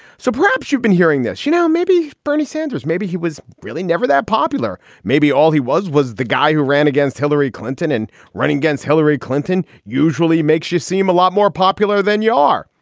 so perhaps you've been hearing this, you know, maybe bernie sanders, maybe he was really never that popular. maybe all he was was the guy who ran against hillary clinton and running against hillary clinton usually makes you seem a lot more popular than you are.